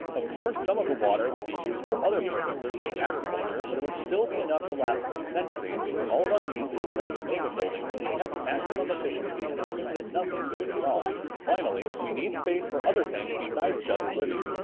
of course some of the water would be used for other purposes like agriculture but it would still be enough to last for centuries using all of our needs inside the mega building if we kept maximum efficiency and assume that nothing goes wrong. finally we need space for other things besides just living.